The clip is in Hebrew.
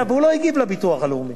אבל הוא לא הגיב על הביטוח הלאומי.